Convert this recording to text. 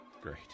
Great